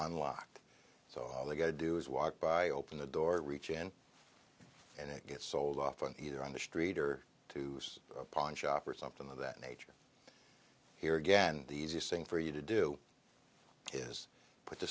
unlocked so all they get to do is walk by open the door reach in and it gets sold off and either on the street or to some pawnshop or something of that nature here again the easiest thing for you to do is put the